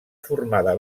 formada